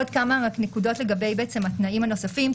יש עוד כמה נקודות לגבי התנאים הנוספים.